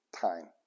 time